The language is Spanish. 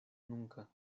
nunca